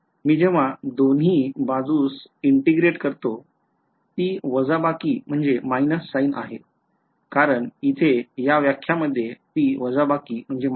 मी जेव्हा दोन्ही बाजूस integrate करतो ती वजाबाकी sign आहे कारण इथे या व्याख्या मध्ये ती वजाबाकी sign आहे